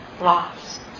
Lost